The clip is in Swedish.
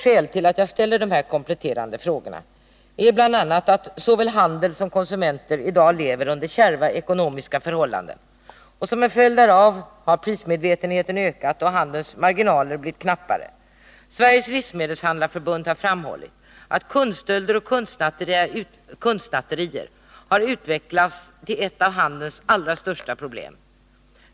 Skälen till att jag ställer de här kompletterande frågorna är bl.a. att såväl handel som konsumenter i dag lever under kärva ekonomiska förhållanden. Som en följd därav har prismedvetenheten ökat och handelns marginaler blivit knappare. Sveriges Livsmedelshandlareförbund har framhållit att kundstölder och kundsnatterier har utvecklats till ett av handelns allra största problem.